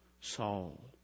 Saul